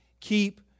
Keep